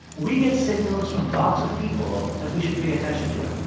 we get signals from lots of people that we should pay attention to it.